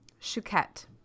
Chouquette